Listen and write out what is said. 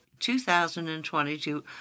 2022